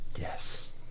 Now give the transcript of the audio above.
Yes